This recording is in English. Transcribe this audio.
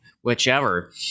whichever